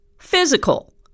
physical